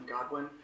Godwin